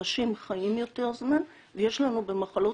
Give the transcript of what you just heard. אנשים חיים יותר זמן ויש לנו במחלות